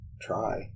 try